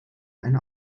eine